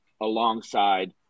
alongside